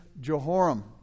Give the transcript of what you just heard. Jehoram